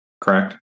correct